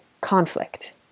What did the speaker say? conflict